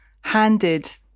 handed